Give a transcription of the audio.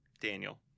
Daniel